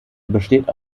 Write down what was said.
besteht